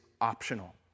optional